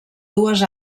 dues